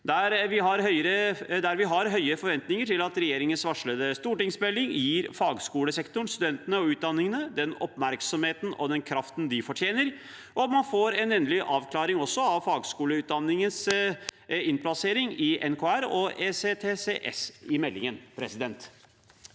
side. Vi har høye forventninger til at regjeringens varslede stortingsmelding gir fagskolesektoren, studentene og utdanningene den oppmerksomheten og den kraften de fortjener, og at man får en endelig avklaring av fagskoleutdanningenes innplassering i NKR og ECTS i meldingen.